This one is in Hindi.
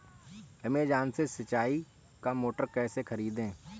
अमेजॉन से सिंचाई का मोटर कैसे खरीदें?